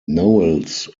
knowles